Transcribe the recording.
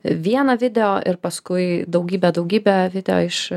vieną video ir paskui daugybę daugybę video iš